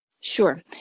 Sure